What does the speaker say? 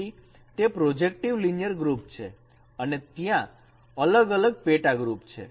તેથી તે projective linear group છે અને ત્યાં અલગ અલગ પેટાગ્રુપ છે